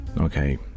Okay